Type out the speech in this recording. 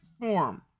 form